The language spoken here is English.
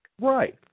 Right